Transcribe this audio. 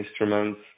instruments